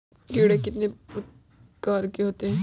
कीड़े कितने प्रकार के होते हैं?